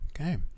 okay